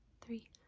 three